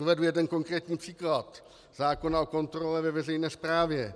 Uvedu jeden konkrétní příklad, zákon o kontrole ve veřejné správě.